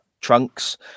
trunks